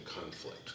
conflict